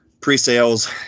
pre-sales